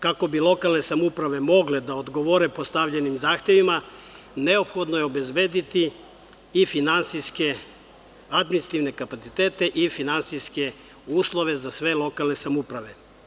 Kako bi lokalne samouprave mogle da odgovore postavljenim zahtevima, neophodno je obezbediti i finansijske, administrativne kapacitete i finansijske uslove za sve lokalne samouprave.